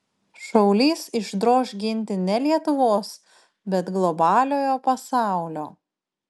šaulys išdroš ginti ne lietuvos bet globaliojo pasaulio